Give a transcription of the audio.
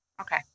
Okay